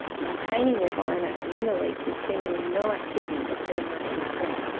maintaining their biomass within the leaf with seemingly no activity occurring after this point.